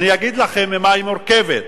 אני אגיד לכם ממה היא מורכבת,